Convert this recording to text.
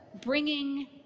bringing